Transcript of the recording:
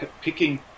picking